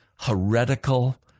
heretical